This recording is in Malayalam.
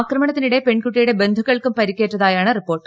ആക്രമണത്തിനിടെ പെൺകുട്ടിയുടെ ബന്ധുക്കൾക്കും പരിക്കേറ്റതായാണ് റിപ്പോർട്ട്